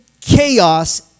chaos